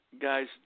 guys